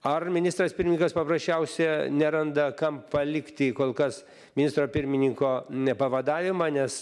ar ministras pirmininkas paprasčiausia neranda kam palikti kol kas ministro pirmininko n pavadavimą nes